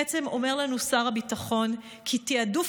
בעצם אומר לנו שר הביטחון כי תיעדוף